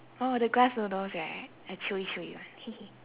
oh the glass noodles right the chewy chewy one